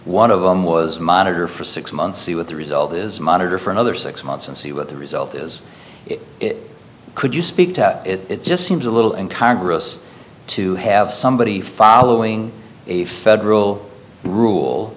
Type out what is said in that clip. one of them was monitor for six months see what the result is monitor for another six months and see what the result is could you speak to it just seems a little in congress to have somebody following a federal rule